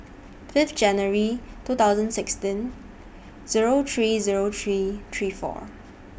Fifth January two thousand sixteen Zero three Zero three three four